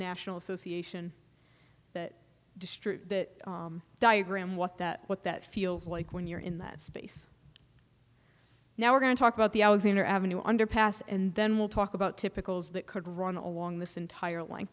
national association that district that diagram what that what that feels like when you're in that space now we're going to talk about the alexander avenue underpass and then we'll talk about typical as that could run along this entire li